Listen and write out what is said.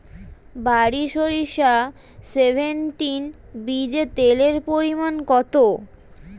বারি সরিষা সেভেনটিন বীজে তেলের পরিমাণ কত?